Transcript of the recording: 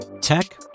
Tech